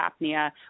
apnea